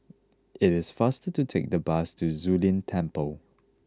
it is faster to take the bus to Zu Lin Temple